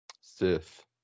Sith